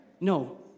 No